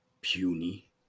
puny